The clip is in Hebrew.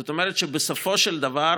זאת אומרת שבסופו של דבר,